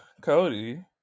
Cody